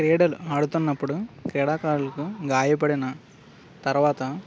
క్రీడలు ఆడుతున్నప్పుడు క్రీడాకారులకు గాయపడిన తర్వాత